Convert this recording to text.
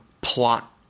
plot